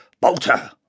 Bolter